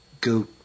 go